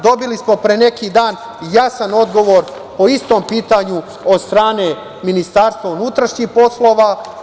Dobili smo pre neki dan i jasan odgovor o istom pitanju od strane Ministarstva unutrašnjih poslova.